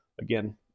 again